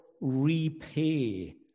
repay